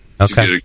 Okay